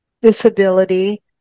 disability